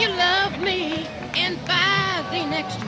you love me and the next